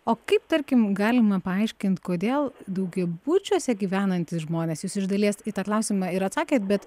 o kaip tarkim galima paaiškint kodėl daugiabučiuose gyvenantys žmonės jūs iš dalies į tą klausimą ir atsakėt bet